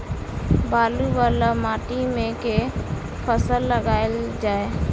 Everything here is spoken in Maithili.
बालू वला माटि मे केँ फसल लगाएल जाए?